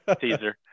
Teaser